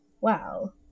Wow